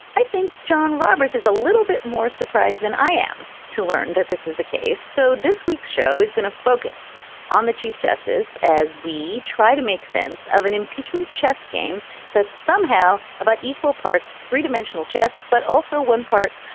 i think john roberts is a little bit more surprised than i am to learn that this is the case. so this week's show is going to focus on the chief justice as we try to make sense of an impeachment chess game that's somehow about equal parts, three dimensional chess, but also one part,